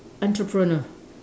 entrepreneurial